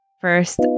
First